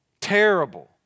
terrible